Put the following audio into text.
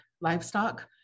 livestock